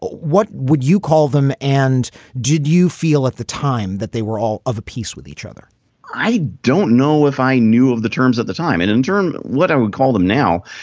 what would you call them. and did you feel at the time that they were all of a piece with each other i don't know if i knew of the terms at the time and in german what i would call them now.